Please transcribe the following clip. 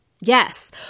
yes